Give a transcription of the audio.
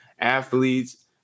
athletes